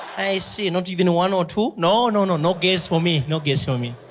i see, not even one or two? no, no. no no gays for me. no gays for me.